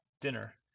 dinner